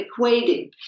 equating